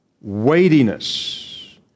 weightiness